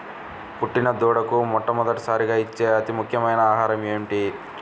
పుట్టిన దూడకు మొట్టమొదటిసారిగా ఇచ్చే అతి ముఖ్యమైన ఆహారము ఏంటి?